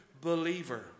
believer